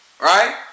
Right